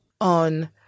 on